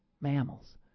mammals